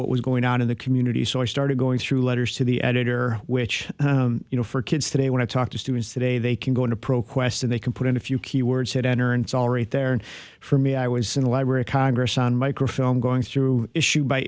what was going on in the community so i started going through letters to the editor which you know for kids today when i talk to students today they can go to pro quest and they can put in a few key words hit enter and it's all right there and for me i was in the library of congress on microfilm going through issue by